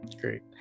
Great